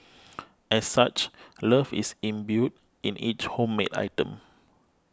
as such love is imbued in each homemade item